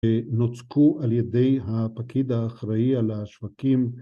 נוצקו על ידי הפקיד האחראי על השווקים